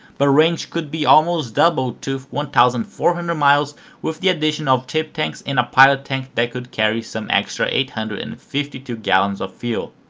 but range could be almost doubled to one thousand four hundred miles with the addition of tip tanks and a pylon tank that could carry some extra eight hundred and fifty two gallons of fuel.